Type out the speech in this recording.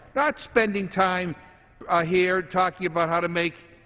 not spending time here talking about how to make